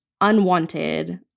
unwanted